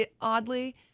oddly